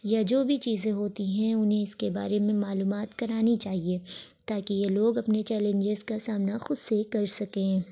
یا جو بھی چیزیں ہوتی ہیں انہیں اس کے بارے میں معلومات کرانی چاہیے تاکہ یہ لوگ اپنے چلینجز کا سامنا خود سے کر سکیں